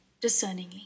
discerningly